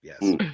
yes